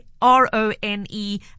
R-O-N-E